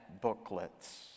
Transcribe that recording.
booklets